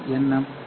M Ki